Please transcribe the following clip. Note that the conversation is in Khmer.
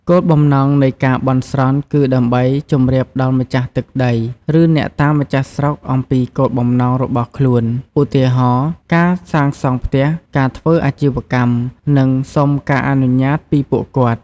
គោលបំណងនៃការបន់ស្រន់គឺដើម្បីជម្រាបដល់ម្ចាស់ទឹកដី ឬអ្នកតាម្ចាស់ស្រុកអំពីគោលបំណងរបស់ខ្លួន ឧទាហរណ៍ ការសាងសង់ផ្ទះ ការធ្វើអាជីវកម្ម និងសុំការអនុញ្ញាតពីពួកគាត់។